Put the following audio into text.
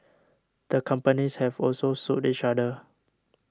the companies have also sued each other